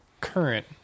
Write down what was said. current